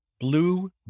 Blue